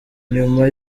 nyuma